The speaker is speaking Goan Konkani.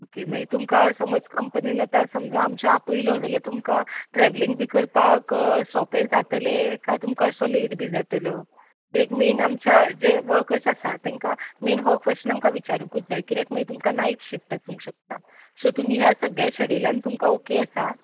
ओके मागीर तुमकां समज कंपनीन आतां समजा आमच्या आपयलो जाल्यार तुमकां ट्रॅवलींग बी करपाक सोंपें जातलें कांय तुमकां असो लेट बी जातलो एक मेन आमच्या जे वर्कर्स आसा तेंकां मेन हो क्वॅश्शन आमकां विचारुंकूच जाय कित्याक मागीर तुमकां नायट शिफ्ट आसूंक शकता सो तुमी ह्या सगल्या शेड्युलान तुमकां ओके आसा